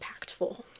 impactful